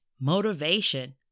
motivation